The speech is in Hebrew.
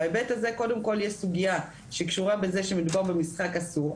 בהיבט הזה קודם כל יש סוגיה שקשורה בזה שמדובר במשחק אסור,